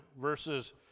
verses